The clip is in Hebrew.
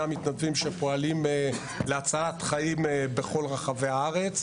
המתנדבים שפועלים להצלת חיים בכל רחבי הארץ.